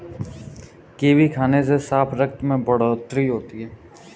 kiwi खाने से साफ रक्त में बढ़ोतरी होती है